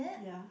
ya